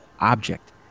object